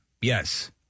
Yes